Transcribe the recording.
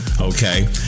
Okay